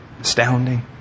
astounding